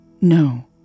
No